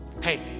Hey